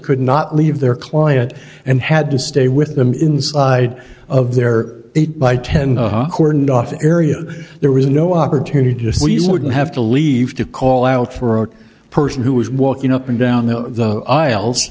could not leave their client and had to stay with them inside of their eight by ten cordoned off area there was no opportunity just reason wouldn't have to leave to call out for a person who was walking up and down the aisles